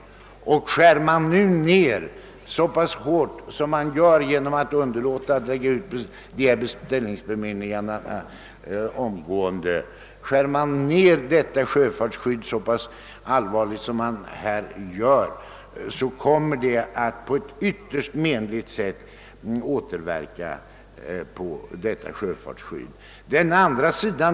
Men nu skärs detta skydd ned mycket kraftigt genom att man underlåter att omgående lägga ut beställningar på dessa båtar. Verkningarna för vårt sjöfartsskydd blir ytterst menliga.